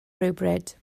rhywbryd